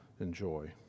enjoy